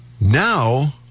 Now